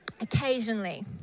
occasionally